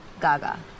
Gaga